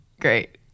great